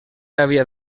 havia